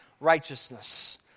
righteousness